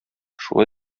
шулай